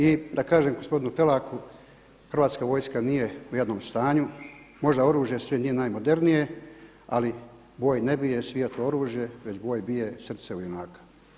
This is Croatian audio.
I da kažem gospodinu Felaku Hrvatska vojska nije u jadnom stanju, možda oružje sve nije najmodernije ali „Boj ne bije svijetlo oružje, već boj bije srce u junaka.